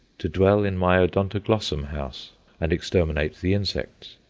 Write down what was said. to dwell in my odontoglossum house and exterminate the insects.